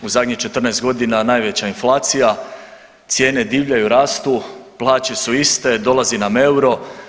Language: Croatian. U zadnjih 14 godina najveća inflacija, cijene divljaju, rastu, plaće su iste, dolazi nam euro.